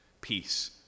peace